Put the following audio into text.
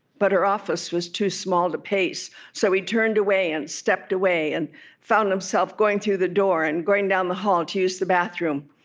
but her office was too small to pace, so he turned away and stepped away and found himself going through the door and going down the hall to use the bathroom.